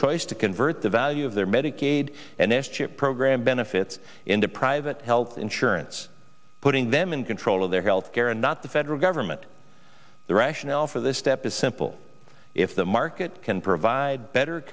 choice to convert the value of their medicaid and s chip program benefits into private health insurance putting them in control of their health care and not the federal government the rationale for this step is simple if the market can provide better